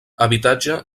habitatge